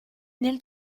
nel